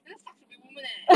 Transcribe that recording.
very tough to be women leh